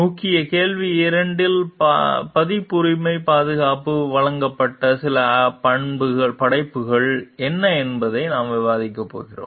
முக்கிய கேள்வி 2 இல் பதிப்புரிமை பாதுகாப்பு வழங்கப்பட்ட சில படைப்புகள் என்ன என்பதை நாங்கள் விவாதிக்கப் போகிறோம்